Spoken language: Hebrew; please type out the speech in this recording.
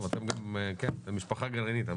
טוב, אתם משפחה גרעינית.